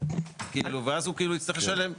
ואז הוא יצטרך לשלם.